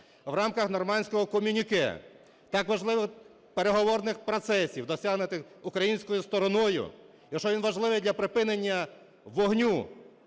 в рамках нормандського комюніке, таких важливих переговорних процесів, досягнутих українською стороною, якщо він важливий для припинення вогню